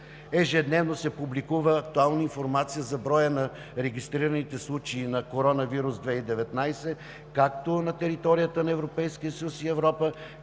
Ежедневно се публикува актуална информация за броя на регистрираните случаи на коронавирус 2019 както на територията на Европейския съюз и Европа,